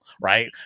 right